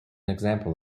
example